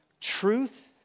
truth